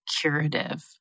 curative